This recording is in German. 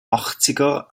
achtziger